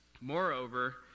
Moreover